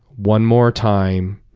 one more time,